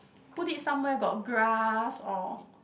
put it somewhere got grass or